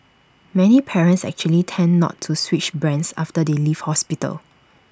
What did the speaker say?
many parents actually tend not to switch brands after they leave hospital